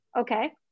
okay